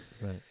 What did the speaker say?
Right